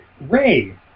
Ray